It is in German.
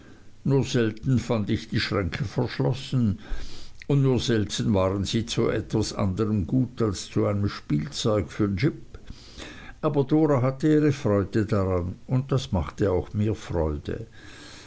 nur selten fand ich die schränke verschlossen und nur selten waren sie zu etwas anderm gut als zu einem spielzeug für jip aber dora hatte ihre freude dran und das machte auch mir freude